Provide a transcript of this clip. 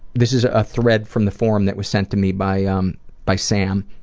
this is a thread from the forum that was sent to me by ah um by sam.